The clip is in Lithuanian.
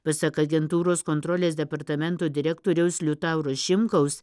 pasak agentūros kontrolės departamento direktoriaus liutauro šimkaus